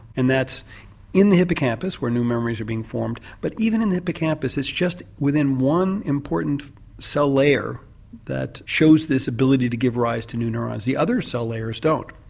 and that's in the hippocampus where new memories are being formed, but even in the hippocampus it's just within one important cell layer that shows this ability to give rise to new neurons, the other cell layers don't.